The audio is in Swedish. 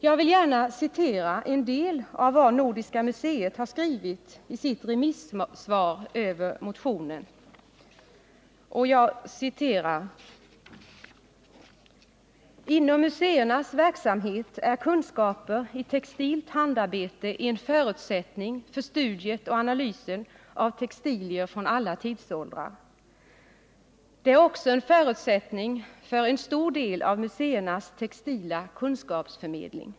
Jag vill gärna citera en del av vad Nordiska museet har skrivit i sitt yttrande över motionen: ”Inom museernas verksamhet är kunskaper i textilt handarbete en förutsättning för studiet och analysen av textilier från alla tidsåldrar. Det är också en förutsättning för en stor del av museernas textila kunskapsförmedling.